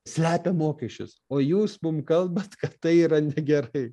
slepia mokesčius o jūs mum kalbat kad tai yra negerai